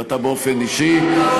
ואתה באופן אישי,